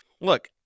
Look